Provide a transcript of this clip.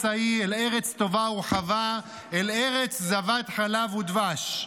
ההִוא אל ארץ טובה ורחבה אל ארץ זבת חלב ודבש".